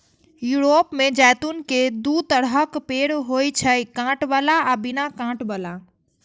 Europe मे जैतून के दू तरहक पेड़ होइ छै, कांट बला आ बिना कांट बला